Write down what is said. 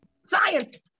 Science